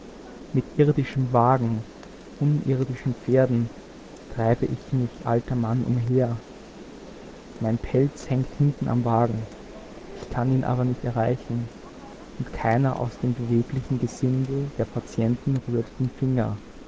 mit irdischem wagen unirdischen pferden treibe ich mich alter mann umher mein pelz hängt hinten am wagen ich kann ihn aber nicht erreichen und keiner aus dem beweglichen gesindel der patienten rührt den finger